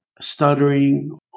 stuttering